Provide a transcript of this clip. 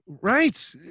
right